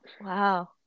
Wow